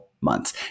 months